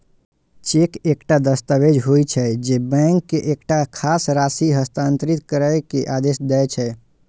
cheque एकटा दस्तावेज होइ छै, जे बैंक के एकटा खास राशि हस्तांतरित करै के आदेश दै छै